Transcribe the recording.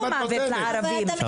עצוב לי לשמוע את זה, כי